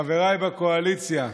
חבריי בקואליציה,